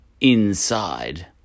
inside